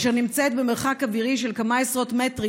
אשר נמצאת במרחק אווירי של כמה עשרות מטרים